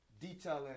detailing